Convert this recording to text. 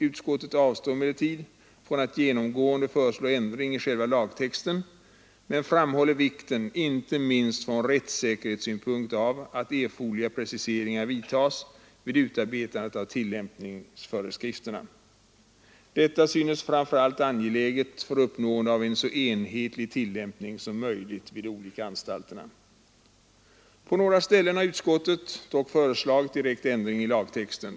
Utskottet avstår emellertid från att genomgående föreslå ändring av själva lagtexten men framhåller vikten, inte minst från rättssäkerhetssynpunkt, av att erforderliga preciseringar vidtas vid utarbetandet av tillämpningsföreskrifterna. Detta synes framför allt angeläget för uppnående av en så enhetlig tillämpning som möjligt vid de olika anstalterna. På några ställen har utskottet dock föreslagit direkt ändring i lagtexten.